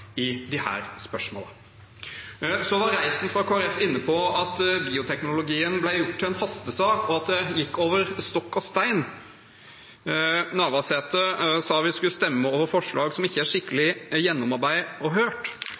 Så var Reiten fra Kristelig Folkeparti inne på at bioteknologiloven ble gjort til en hastesak, og at det gikk over stokk og stein. Navarsete sa at vi skulle stemme over forslag som ikke er skikkelig gjennomarbeidet og hørt.